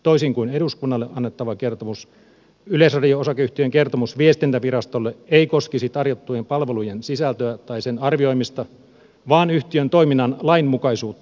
toisin kuin eduskunnalle annettava kertomus yleisradio oyn kertomus viestintävirastolle ei koskisi tarjottujen palvelujen sisältöä tai sen arvioimista vaan yhtiön toiminnan lainmukaisuutta